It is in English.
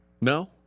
No